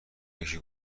یکی